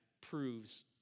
proves